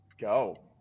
Go